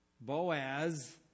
boaz